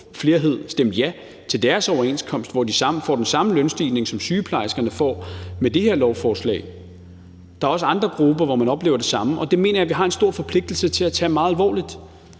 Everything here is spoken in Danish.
stemte ja til deres overenskomst, hvor de får den samme lønstigning, som sygeplejerskerne får med det her lovforslag. Der er også andre grupper, hvor man oplever det samme. Det mener jeg vi har en stor forpligtelse til at tage meget alvorligt.